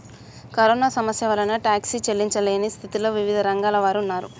corona సమస్య వలన టాక్సీలు చెల్లించలేని స్థితిలో వివిధ రంగాల వారు ఉన్నారు